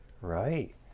right